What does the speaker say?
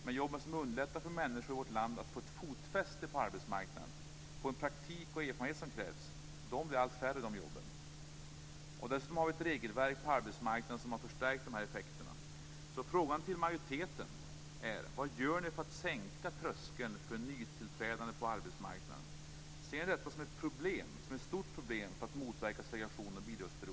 Men de jobb som underlättar för människor i vårt land att få fotfäste på arbetsmarknaden och få den praktik och erfarenhet som krävs blir allt färre. Dessutom har vi ett regelverk på arbetsmarknaden som har förstärkt dessa effekter. Så frågan till majoriteten är: Vad gör ni för att sänka tröskeln för nytillträdande på arbetsmarknaden? Ser ni detta som ett stort problem när det gäller att motverka segregation och bidragsberoende?